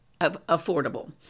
affordable